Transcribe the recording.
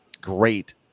great